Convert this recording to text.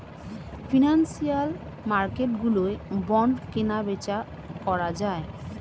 financial মার্কেটগুলোয় bond কেনাবেচা করা যায়